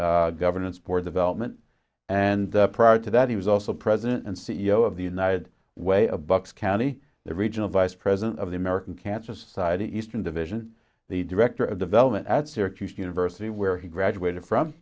marketing governance board development and prior to that he was also president and c e o of the united way a bucks county the regional vice president of the american cancer society eastern division the director of development at syracuse university where he graduated from